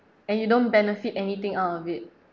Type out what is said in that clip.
and you don't benefit anything out of it